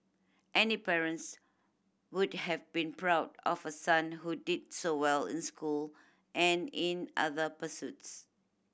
any parents would have been proud of a son who did so well in school and in other pursuits